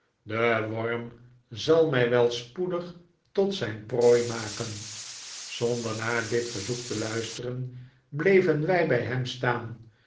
de worm zal mij wel spoedig tot zijn prooi maken zonder naar dit verzoek te luisteren bleven wij bij hem staan